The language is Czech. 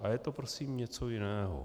A je to prosím něco jiného.